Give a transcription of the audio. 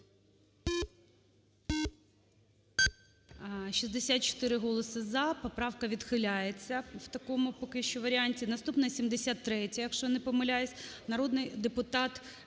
64 голоси "за". Поправка відхиляється в такому поки що варіанті. Наступна 73-я, якщо я не помиляюсь. Народний депутат